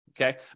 Okay